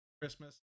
Christmas